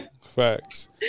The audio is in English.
Facts